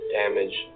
damage